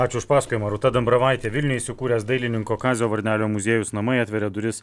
ačiū už pasakojimą rūta dambravaitė vilniuj sukūręs dailininko kazio varnelio muziejus namai atveria duris